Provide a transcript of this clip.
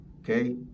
okay